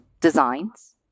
designs